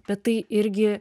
bet tai irgi